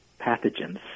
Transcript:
pathogens